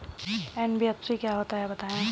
NBFC क्या होता है बताएँ?